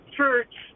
church